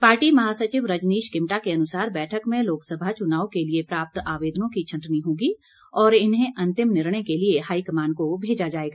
party महासचिव रजनीश किमटा के अनुसार बैठक में लोकसभा चुनाव के लिए प्राप्त आवेदनों की छंटनी होगी और इन्हें अंतिम निर्णय के लिए हाईकमान को भेजा जाएगा